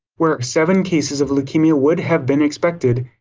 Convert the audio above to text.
where seven cases of leukemia would have been expected,